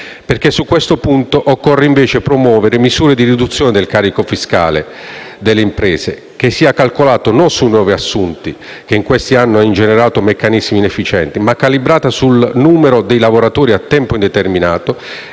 Perché su questo punto occorre invece promuovere misure di riduzione del carico fiscale alle imprese che sia calcolato non sui nuovi assunti, che in questi anni hanno ingenerato meccanismi inefficienti, ma calibrata sul numero dei lavoratori a tempo indeterminato